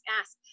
ask